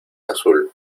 azul